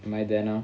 am I there now